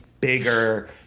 bigger